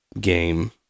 game